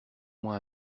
moi